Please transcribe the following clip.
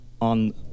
on